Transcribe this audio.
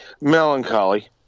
Melancholy